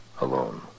Alone